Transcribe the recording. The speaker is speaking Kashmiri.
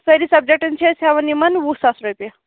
سأری سَبٕجیکٹَن چھِ أسۍ ہیٚوان یِمَن وُہ ساس رۅپیہِ